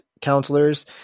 counselors